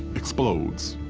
explodes.